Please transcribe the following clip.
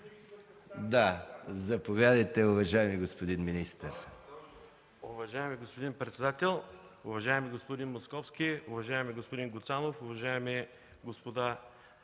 Заповядайте, уважаеми господин министър.